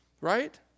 right